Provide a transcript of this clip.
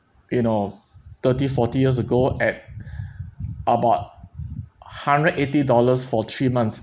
you know thirty forty years ago at about hundred eighty dollars for three months